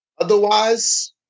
otherwise